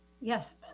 Yes